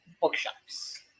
bookshops